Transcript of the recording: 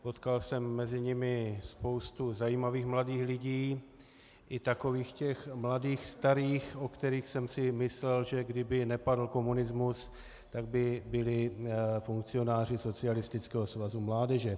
Potkal jsem mezi nimi spousty zajímavých mladých lidí, i takových těch mladých starých, o kterých jsem si myslel, že kdyby nepadl komunismus, tak by byli funkcionáři Socialistického svazu mládeže.